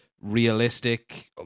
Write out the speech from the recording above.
realistic